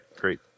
great